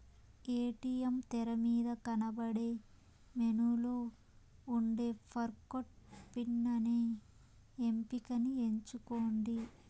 ATM తెరమీద కనబడే మెనూలో ఉండే ఫర్గొట్ పిన్ అనే ఎంపికని ఎంచుకోండి